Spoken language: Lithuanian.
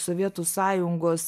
sovietų sąjungos